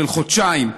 של חודשיים,